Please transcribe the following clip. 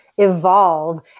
evolve